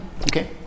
Okay